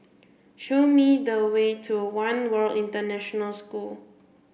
show me the way to One World International School